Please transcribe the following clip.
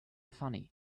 funny